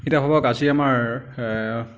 এতিয়া ভাৱক আজি আমাৰ